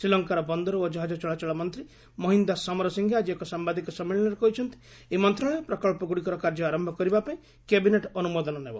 ଶ୍ରୀଲଙ୍କାର ବନ୍ଦର ଓ ଜାହାଜ ଚଳାଚଳ ମନ୍ତ୍ରୀ ମହିନ୍ଦା ସମରସିଙ୍ଘେ ଆଜି ଏକ ସାମ୍ବାଦିକ ସମ୍ମିଳନୀରେ କହିଛନ୍ତି ଏହି ମନ୍ତ୍ରଶାଳୟ ପ୍ରକଳ୍ପଗୁଡ଼ିକର କାର୍ଯ୍ୟ ଆରମ୍ଭ କରିବାପାଇଁ କ୍ୟାବିନେଟ୍ ଅନୁମୋଦନ ନେବ